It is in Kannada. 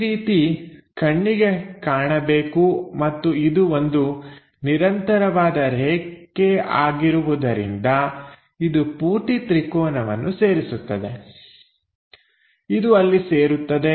ಈ ರೀತಿ ಕಣ್ಣಿಗೆ ಕಾಣಬೇಕು ಮತ್ತು ಇದು ಒಂದು ನಿರಂತರವಾದ ರೇಖೆ ಆಗಿರುವುದರಿಂದ ಇದು ಪೂರ್ತಿ ತ್ರಿಕೋನವನ್ನು ಸೇರಿಸುತ್ತದೆ ಇದು ಅಲ್ಲಿ ಸೇರುತ್ತದೆ